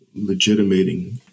legitimating